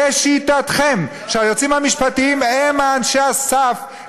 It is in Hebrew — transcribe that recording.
כשלשיטתכם היועצים המשפטיים הם אנשי הסף,